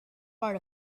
part